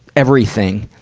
everything.